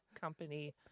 company